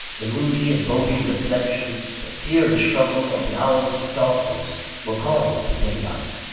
the moody and boding reflections, the fear and struggle of the hours of darkness were gone with the daylight.